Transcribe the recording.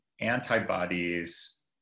antibodies